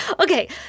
Okay